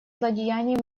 злодеяний